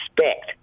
Respect